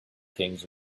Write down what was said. kings